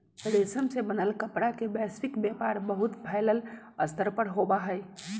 रेशम से बनल कपड़ा के वैश्विक व्यापार बहुत फैल्ल स्तर पर होबा हई